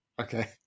Okay